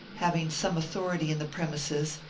having some authority in the premises,